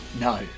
no